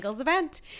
event